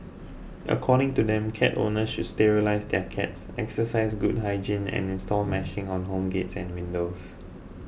according to them cat owners should sterilise their cats exercise good hygiene and install meshing on home gates and windows